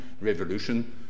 revolution